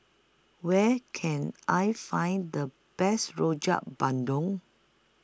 Where Can I Find The Best Rojak Bandung